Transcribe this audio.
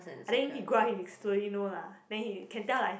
I think he grow up he slowly know lah then he can tell lah